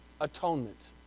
atonement